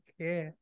Okay